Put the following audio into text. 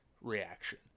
Reaction